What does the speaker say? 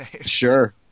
Sure